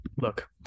Look